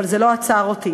אבל זה לא עצר אותי,